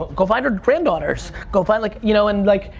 go find her granddaughters, go find, like, you know, and, like,